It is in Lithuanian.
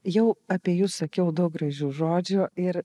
jau apie jus sakiau daug gražių žodžių ir